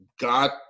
God